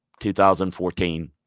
2014